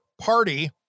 party